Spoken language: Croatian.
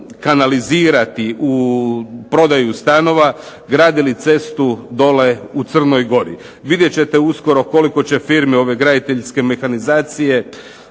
kanalizirati u prodaju stanova gradili cestu dole u Crnoj Gori. Vidjet ćete uskoro koliko će firme, ove graditeljske mehanizacije